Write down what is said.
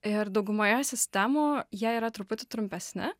ir daugumoje sistemų jie yra truputį trumpesni